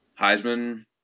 Heisman